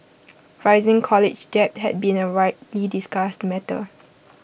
rising college debt has been A widely discussed matter